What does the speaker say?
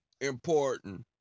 important